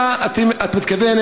מה את מתכוונת,